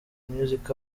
music